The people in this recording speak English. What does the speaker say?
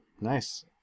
nice